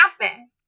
happen